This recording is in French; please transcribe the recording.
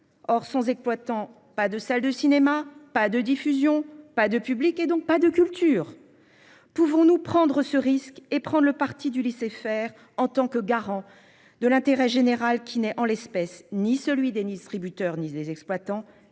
Or sans exploitant pas de salle de cinéma. Pas de diffusion. Pas de public et donc pas de culture. Pouvons-nous prendre ce risque et prend le parti du lycée faire en tant que garant de l'intérêt général qui naît en l'espèce, ni celui Denis distributeur ni les exploitants